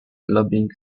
lobbying